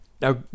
Now